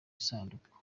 isanduku